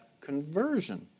conversion